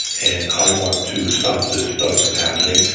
and i want to stop this stuff from happening.